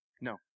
No